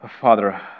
Father